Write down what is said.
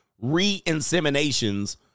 re-inseminations